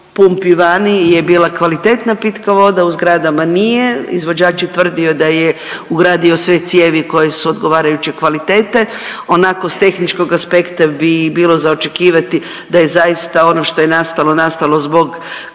pumpi vani je bila kvalitetna pitka voda, a u zgradama nije. Izvođač je tvrdio da je ugradio sve cijevi koje su odgovarajuće kvalitete, onako s tehničkog aspekta bi bilo za očekivati da je zaista ono što je nastalo, nastalo zbog